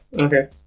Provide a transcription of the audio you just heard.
Okay